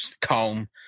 calm